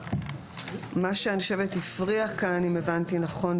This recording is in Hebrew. מה שאני חושבת הפריע כאן אם הבנתי נכון,